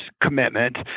commitment